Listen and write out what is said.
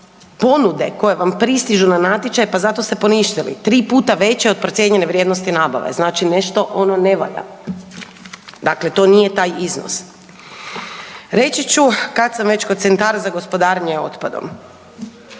ponude koje vam pristižu na natječaj, pa zato ste poništili, tri puta veće od procijenjene vrijednosti nabave. Znači nešto ono ne valja, dakle to nije taj iznos. Reći ću kad sam već kod CGO-a dakle CGO